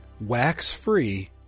Wax-Free